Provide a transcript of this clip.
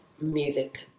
music